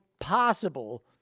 possible